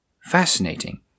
Fascinating